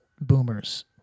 boomers